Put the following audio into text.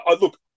Look